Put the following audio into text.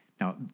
Now